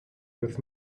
with